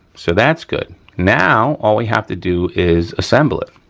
so that's good. now all we have to do is assemble it,